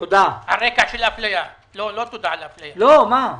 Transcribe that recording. אפליה של מה?